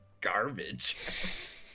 garbage